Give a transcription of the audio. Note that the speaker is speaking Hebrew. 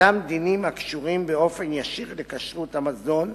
אותם דינים הקשורים באופן ישיר לכשרות המזון,